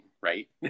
right